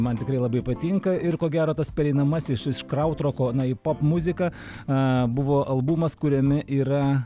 man tikrai labai patinka ir ko gero tas pereinamasis iš kraud roko na į popmuziką buvo albumas kuriame yra